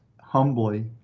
humbly